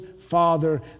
Father